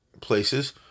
places